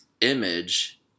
image